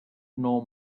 nor